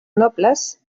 nobles